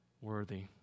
worthy